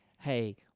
hey